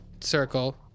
circle